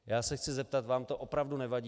Já se chci zeptat: Vám to opravdu nevadí?